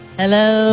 hello